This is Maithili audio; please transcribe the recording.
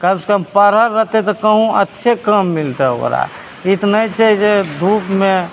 कमसँ कम पढ़ल रहतै तऽ कहूँ अच्छे काम मिलतो ओकरा ई तऽ नहि छै जे धूपमे